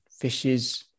fishes